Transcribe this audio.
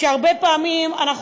הרבה פעמים אנחנו מגיעים,